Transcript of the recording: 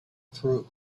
through